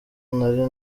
nari